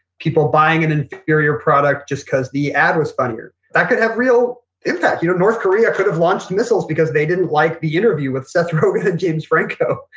people buying an inferior product just because the ad was funnier. that could have real impact. you know north korea could have launched missiles because they didn't like the interview with seth rogen and james franco.